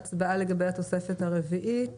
הצבעה לגבי התוספת הרביעית.